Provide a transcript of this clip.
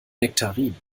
nektarinen